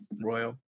Royal